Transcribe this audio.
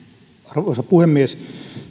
arvoisa puhemies